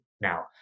now